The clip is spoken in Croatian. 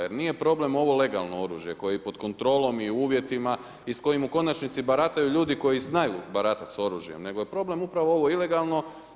Jer nije problem ovo legalno oružje koje je i pod kontrolom i uvjetima i s kojim u konačnici barataju ljudi koji znaju baratati s oružjem nego je problem upravo ovo ilegalno.